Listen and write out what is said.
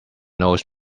nose